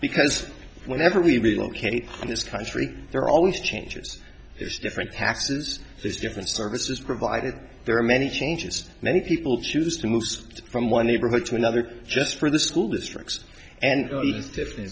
because whenever we relocate in this country there are always changes there's different taxes there's different services provided there are many changes many people choose to move from one neighborhood to another just for the school districts and if th